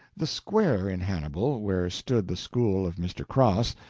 the square in hannibal, where stood the school of mr. cross,